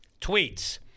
Tweets